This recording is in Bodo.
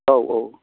औ औ